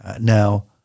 Now